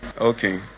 Okay